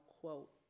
quote